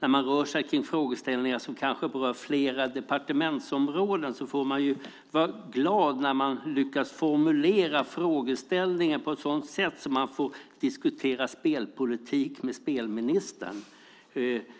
När man rör sig kring frågeställningar som berör flera departementsområden får man vara glad när man lyckas formulera frågeställningen på ett sådant sätt att man får diskutera spelpolitik med spelministern